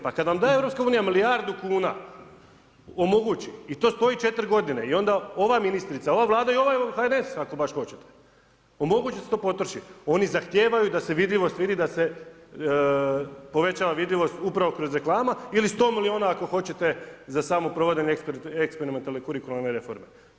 Pa kad vam da EU milijardu kuna, omogući i to stoji 4 godine i onda ova ministrica, ova Vlada i ovaj HNS, ako baš hoćete, omogući da se to potroši, oni zahtijevaju da se vidljivost vidi, da se povećava vidljivost upravo kroz ... ili 100 miliona ako hoćete za samo provođenje eksperimentalne kurikularne reforme.